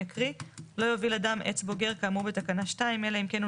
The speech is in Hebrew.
יוביל אדם עץ בוגר כאמור בתקנה 2 אלא אם כן הוא